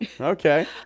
okay